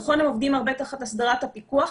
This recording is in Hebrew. נכון שהם עובדים הרבה תחת הסדרת הפיקוח,